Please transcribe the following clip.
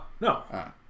No